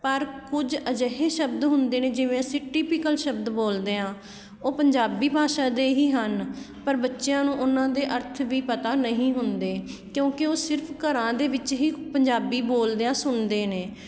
ਪਰ ਕੁਝ ਅਜਿਹੇ ਸ਼ਬਦ ਹੁੰਦੇ ਨੇ ਜਿਵੇਂ ਅਸੀਂ ਟੀਪੀਕਲ ਸ਼ਬਦ ਬੋਲਦੇ ਹਾਂ ਉਹ ਪੰਜਾਬੀ ਭਾਸ਼ਾ ਦੇ ਹੀ ਹਨ ਪਰ ਬੱਚਿਆਂ ਨੂੰ ਉਹਨਾਂ ਦੇ ਅਰਥ ਵੀ ਪਤਾ ਨਹੀਂ ਹੁੰਦੇ ਕਿਉਂਕਿ ਉਹ ਸਿਰਫ ਘਰਾਂ ਦੇ ਵਿੱਚ ਹੀ ਪੰਜਾਬੀ ਬੋਲਦੇ ਜਾਂ ਸੁਣਦੇ ਨੇ